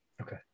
Okay